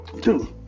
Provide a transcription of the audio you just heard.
two